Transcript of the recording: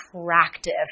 attractive